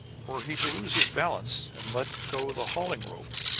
were he to lose his balance and let go the hauling-rope,